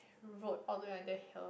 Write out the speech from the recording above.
broke all the way until here